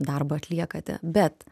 darbą atliekate bet